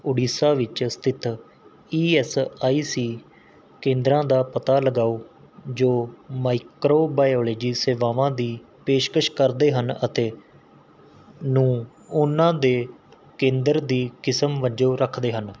ਉੜੀਸਾ ਵਿੱਚ ਸਥਿਤ E S I C ਕੇਂਦਰਾਂ ਦਾ ਪਤਾ ਲਗਾਓ ਜੋ ਮਾਈਕਰੋਬਾਇਓਲੋਜੀ ਸੇਵਾਵਾਂ ਦੀ ਪੇਸ਼ਕਸ਼ ਕਰਦੇ ਹਨ ਅਤੇ ਨੂੰ ਉਹਨਾਂ ਦੇ ਕੇਂਦਰ ਦੀ ਕਿਸਮ ਵਜੋਂ ਰੱਖਦੇ ਹਨ